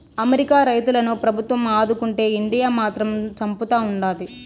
America రైతులను ప్రభుత్వం ఆదుకుంటే ఇండియా మాత్రం చంపుతా ఉండాది